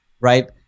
right